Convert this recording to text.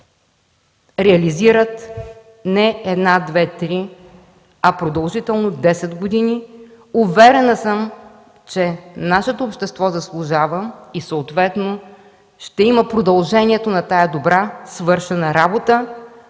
реализират не една, две, три, а продължително – десет години. Уверена съм, че нашето общество заслужава и съответно ще има продължението на тази добре свършена работа